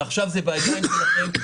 ועכשיו זה בידיים שלכם.